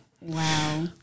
Wow